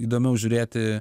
įdomiau žiūrėti